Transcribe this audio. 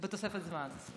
בתוספת זמן.